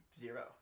zero